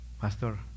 Pastor